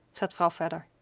said vrouw vedder.